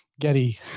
Getty